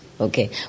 okay